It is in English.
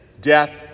death